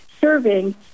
serving